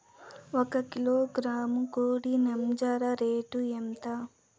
ఒక కిలోగ్రాము కోడి నంజర రేటు ఎంత?